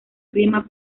clima